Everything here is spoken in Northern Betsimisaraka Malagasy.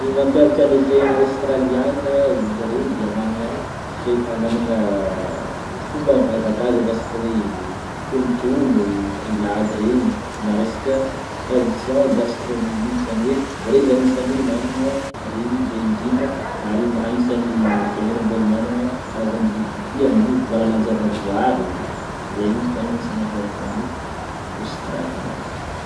Ny mampiavaka ny firenena aostralianina izare de magnana fire- magnanafomba mampiavaka azy amin'ny resaka hoe kitonotono, grillade regny na resaka tradition gastronomique zany hoe zare zegny agnisan'ny magnana regny be indrindra ary agnisan'ny firenena mbôla magnana karazan'ny bibidia amin'ny valalan-java-boary, zegny tegna agnisan'ny mampiavaka ny aostralianina.